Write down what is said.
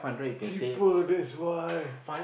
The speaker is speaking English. cheaper that's why